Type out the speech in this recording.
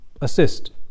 assist